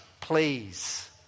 please